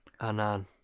anan